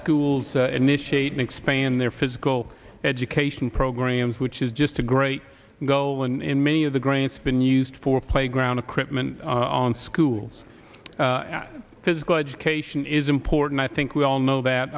schools initiate and expand their physical education programs which is just a great goal in many of the grants been used for playground equipment on schools physical education is important i think we all know that